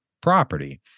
property